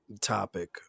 topic